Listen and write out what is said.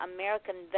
American